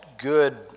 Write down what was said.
good